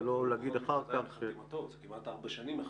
ולא להגיד אחר כך --- זה כמעט ארבע שנים מחתימתו.